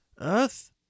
Earth